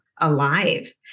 alive